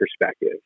perspective